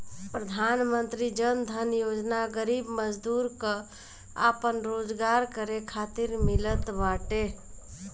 प्रधानमंत्री जन धन योजना गरीब मजदूर कअ आपन रोजगार करे खातिर मिलत बाटे